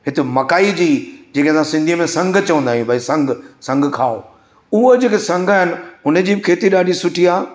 हिते मकाई जी जेखे असां सिंधीअ में संघ चवंदा आहियूं भई संघ संघु खाओ उहो जेके संघ आहिनि हुनजी बि खेती ॾाढी सुठी आहे